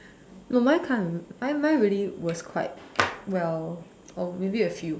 no mine can't I mine really was quite well or maybe a few but